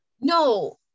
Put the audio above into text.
No